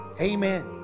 Amen